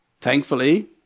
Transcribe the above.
thankfully